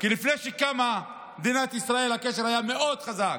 לפני שקמה מדינת ישראל, הקשר היה מאוד חזק,